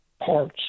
parts